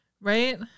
Right